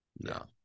No